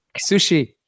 sushi